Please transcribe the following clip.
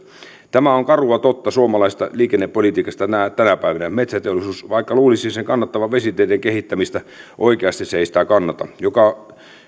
tämä on karua totta suomalaisesta liikennepolitiikasta tänä päivänä metsäteollisuus vaikka luulisi sen kannattavan vesiteiden kehittämistä oikeasti ei sitä kannata